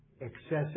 excessive